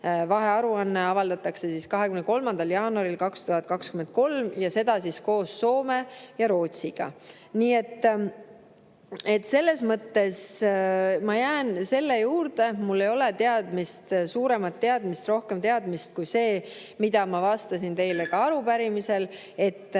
Vahearuanne avaldatakse 23. jaanuaril 2023 ja seda koos Soome ja Rootsiga. Nii et selles mõttes ma jään selle juurde. Mul ei ole teadmist, suuremat teadmist, rohkem teadmist kui see, mida ma vastasin teile ka arupärimisel, et